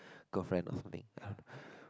girlfriend of nick